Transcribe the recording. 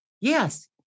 Yes